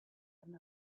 and